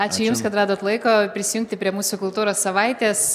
ačiū jums kad radot laiko prisijungti prie mūsų kultūros savaitės